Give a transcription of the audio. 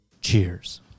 cheers